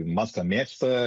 maską mėgsta